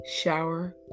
shower